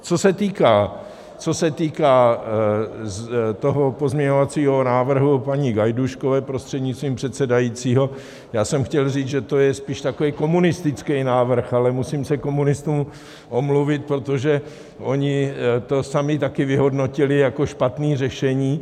Co se týká pozměňovacího návrhu paní Gajdůškové, prostřednictvím předsedajícího, chtěl jsem říct, že to je spíš takový komunistický návrh, ale musím se komunistům omluvit, protože oni to sami taky vyhodnotili jako špatné řešení.